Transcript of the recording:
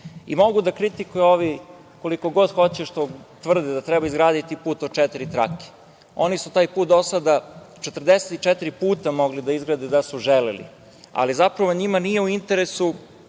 da kritikuju ovi koliko god hoće, što tvrde da treba izgraditi put od četiri trake. Oni su taj put do sada 44 puta mogli da izgrade, da su želeli, ali zapravo njima nije u interesu